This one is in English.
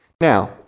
Now